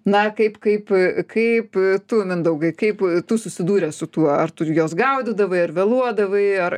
na kaip kaip kaip tu mindaugai kaip tu susidūręs su tuo ar tu ir juos gaudydavai ar vėluodavai ar